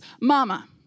mama